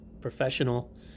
professional